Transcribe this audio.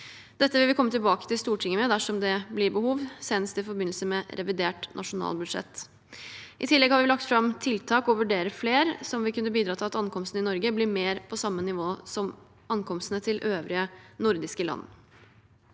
Dette vil vi komme tilbake til Stortinget med dersom det blir behov, senest i forbindelse med revidert nasjonalbudsjett. I tillegg har vi lagt fram tiltak – og vurderer flere – som vil kunne bidra til at ankomstene til Norge blir mer på samme nivå som ankomstene til øvrige nordiske land.